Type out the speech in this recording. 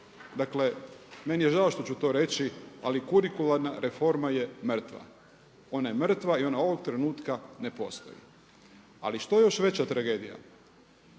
Dakle, meni je žao što ću to reći ali kurikularna reforma je mrtva. Ona je mrtva i ona ovog trenutka ne postoji. Ali što je još veća tragedija?